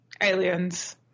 aliens